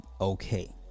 okay